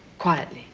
quietly,